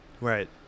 Right